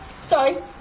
sorry